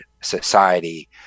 society